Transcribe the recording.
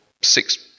six